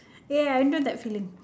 ya I know that feeling